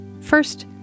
First